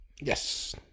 yes